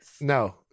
No